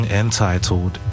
entitled